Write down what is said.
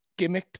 gimmicked